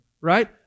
right